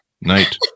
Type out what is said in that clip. night